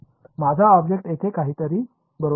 माझा ऑब्जेक्ट येथे काहीतरी आहे बरोबर